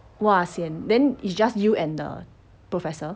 !wah! sian then it's just you and the professor